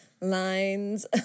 lines